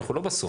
אנחנו לא בסוף.